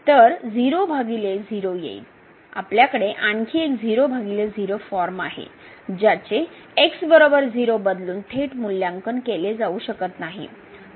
तर आपल्याकडे आणखी एक 00 फॉर्म आहे ज्याचे x 0 बदलून थेट मूल्यांकन केले जाऊ शकत नाही